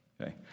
okay